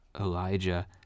Elijah